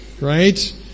right